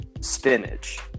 spinach